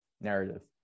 narrative